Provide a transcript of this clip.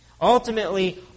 Ultimately